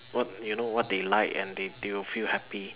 what you know what they like and they they would feel happy